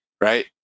right